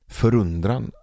förundran